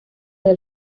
del